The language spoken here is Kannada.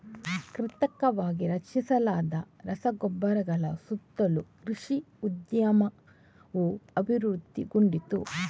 ಕೃತಕವಾಗಿ ರಚಿಸಲಾದ ರಸಗೊಬ್ಬರಗಳ ಸುತ್ತಲೂ ಕೃಷಿ ಉದ್ಯಮವು ಅಭಿವೃದ್ಧಿಗೊಂಡಿತು